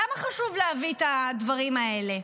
למה חשוב להביא את הדברים האלה?